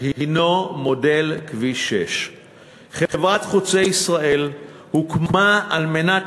הנו מודל כביש 6. חברת "חוצה ישראל" הוקמה על מנת